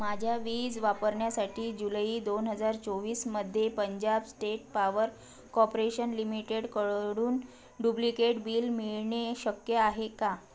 माझ्या वीज वापरण्यासाठी जुलै दोन हजार चोवीसमध्ये पंजाब स्टेट पावर कॉपरेशन लिमिटेडकडून डुप्लिकेट बिल मिळणे शक्य आहे का